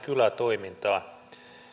kylätoimintaan